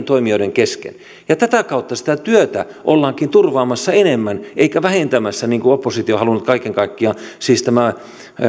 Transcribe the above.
toimijoiden kesken tätä kautta sitä työtä ollaankin turvaamassa enemmän eikä vähentämässä niin kuin oppositio on halunnut kaiken kaikkiaan siis tämä